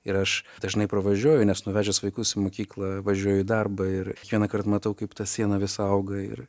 ir aš dažnai pravažiuoju nes nuvežęs vaikus į mokyklą važiuoju į darbą ir kiekvienąkart matau kaip ta siena vis auga ir